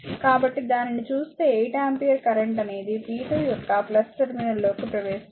కాబట్టిదానిని చూస్తే 8 ampere current అనేది p2 యొక్క టెర్మినల్లోకి ప్రవేశిస్తుంది